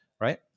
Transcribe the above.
Right